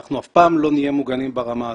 אנחנו אף פעם לא נהיה מוגנים ברמה הזאת.